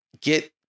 Get